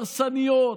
הרסניות,